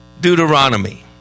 Deuteronomy